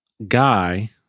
guy